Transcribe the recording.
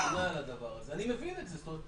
אני מבין את זה.